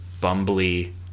bumbly